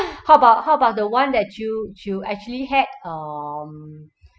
how about how about the one that you you actually had um